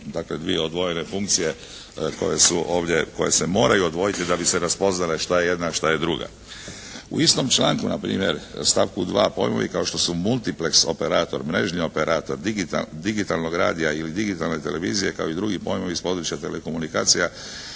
dakle dvije odvojene funkcije koje su ovdje, koje se moraju odvojiti da bi se raspoznale šta je jedna, a šta je druga. U istom članku na primjer, stavku 2. pojmovi kao što su multipleks operator, mrežni operator, digitalnog radija ili digitalne televizije kao i drugi pojmovi iz područja telekomunikacija